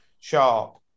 sharp